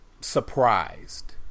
surprised